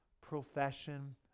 profession